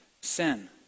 sin